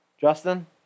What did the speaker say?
Justin